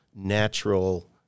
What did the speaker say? natural